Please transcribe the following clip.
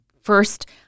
first